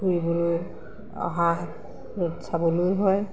ফুৰিবলৈ অহা হেৰিত চাবলৈও হয়